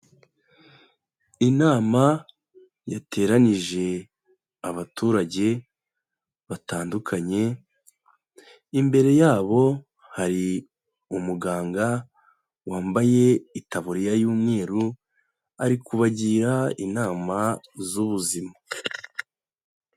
Inama yateranyije abaturage batandukanye, imbere yabo hari umuganga wambaye itaburiya y'umweru, ari kubagira inama z'ubuzima.